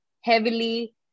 heavily